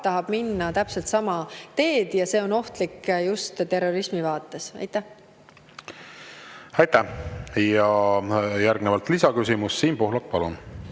tahab minna täpselt sama teed ja see on ohtlik just terrorismi vaates. Aitäh! Järgnevalt lisaküsimus. Siim Pohlak, palun!